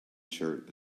shirt